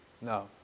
No